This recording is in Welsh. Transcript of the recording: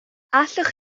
allwch